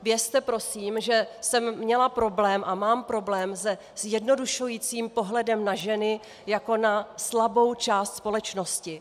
Vězte prosím, že jsem měla problém a mám problém se zjednodušujícím pohledem na ženy jako na slabou část společnosti.